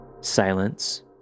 silence